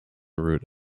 route